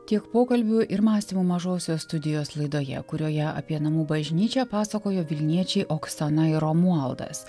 tiek pokalbių ir mąstymų mažosios studijos laidoje kurioje apie namų bažnyčią pasakojo vilniečiai oksana ir romualdas